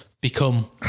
become